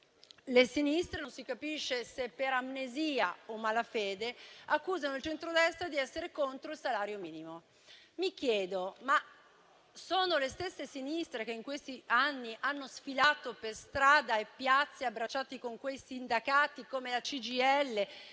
le sinistre - non si capisce se per amnesia o malafede - accusano il centrodestra di essere contro il salario minimo. Mi chiedo se sono le stesse sinistre che in questi anni hanno sfilato per strade e piazze, abbracciate con i sindacati come la CGIL